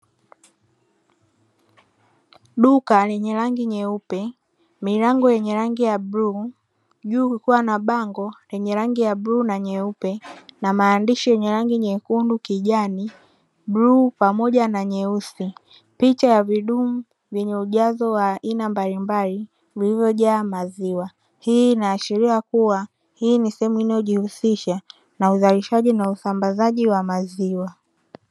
Duka lenye rangi nyeupe milango yenye rangi ya bluu, juu kukiwa na bango lenye rangi ya bluu na nyeupe, na maandishi yenye rangi nyekundu, kijani, bluu pamoja na nyeusi, picha ya vidumu vyenye ujazo wa aina mbalimbali vilivyo jaa maziwa, hii inaashiria kuwa hii ni sehemu inayojihusisha na uzalishaji na usambazaji wa maziwa.